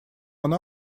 она